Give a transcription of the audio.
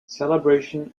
celebration